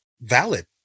valid